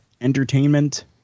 Entertainment